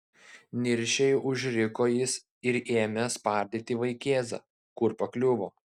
niršiai užriko jis ir ėmė spardyti vaikėzą kur pakliuvo